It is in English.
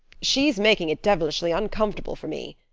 she's making it devilishly uncomfortable for me,